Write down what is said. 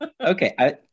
Okay